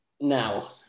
Now